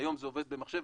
שהיום זה עובד במחשב,